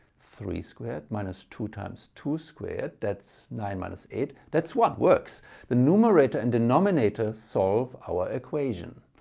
three squared minus two times two squared that's nine minus eight. that's one. works the numerator and denominator solve our equation.